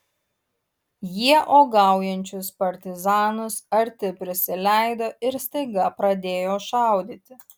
jie uogaujančius partizanus arti prisileido ir staiga pradėjo šaudyti